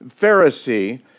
Pharisee